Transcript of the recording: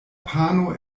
pano